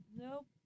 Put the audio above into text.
Nope